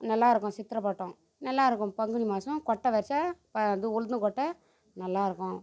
நல்லாயிருக்கும் சித்திரை பட்டம் நல்லாயிருக்கும் பங்குனி மாதம் கொட்ட வரச்சா இது உளுந்தங்கொட்ட நல்லாயிருக்கும்